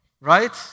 right